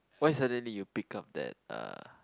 why suddenly you pick up that uh